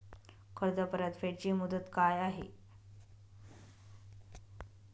कर्ज परतफेड ची मुदत काय आहे?